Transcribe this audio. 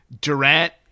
Durant